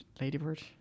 ladybird